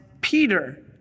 Peter